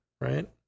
Right